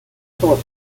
assumes